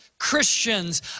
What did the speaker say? Christians